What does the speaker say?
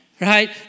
Right